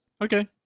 okay